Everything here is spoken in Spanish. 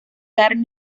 carne